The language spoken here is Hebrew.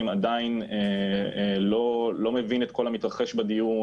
עדיין לא מבין את כל המתרחש בדיון,